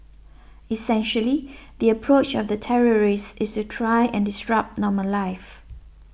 essentially the approach of the terrorists is to try and disrupt normal life